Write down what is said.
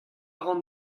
ran